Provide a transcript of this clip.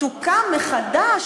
תוקם מחדש,